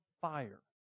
fire